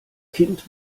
kind